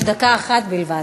יש דקה אחת בלבד.